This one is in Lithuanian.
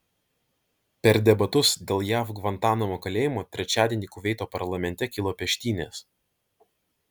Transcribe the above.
per debatus dėl jav gvantanamo kalėjimo trečiadienį kuveito parlamente kilo peštynės